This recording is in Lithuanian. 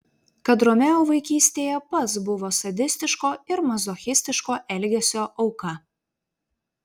kad romeo vaikystėje pats buvo sadistiško ir mazochistiško elgesio auka